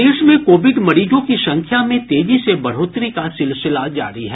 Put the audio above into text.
प्रदेश में कोविड मरीजों की संख्या में तेजी से बढ़ोतरी का सिलसिला जारी है